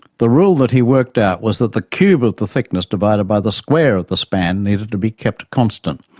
the rule that he worked out was that the cube of the thickness divided by the square of the span needed to be kept constant.